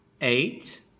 Eight